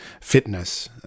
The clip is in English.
fitness